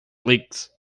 leagues